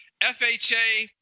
FHA